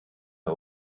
der